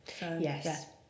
Yes